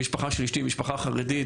המשפחה של אשתי היא משפחה חרדית,